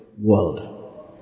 world